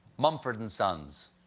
mumford and sons!